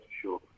sure